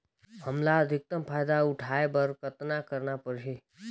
हमला अधिकतम फायदा उठाय बर कतना करना परही?